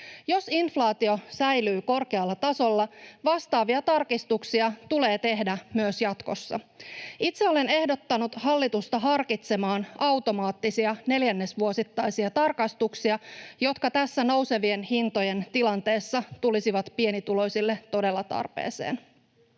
Jos inflaatio säilyy korkealla tasolla, vastaavia tarkistuksia tulee tehdä myös jatkossa. Itse olen ehdottanut hallitusta harkitsemaan automaattisia neljännesvuosittaisia tarkistuksia, jotka tässä nousevien hintojen tilanteessa tulisivat pienituloisille todella tarpeeseen.